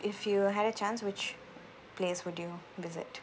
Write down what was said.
if you had a chance which place would you visit